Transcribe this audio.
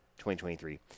2023